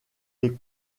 les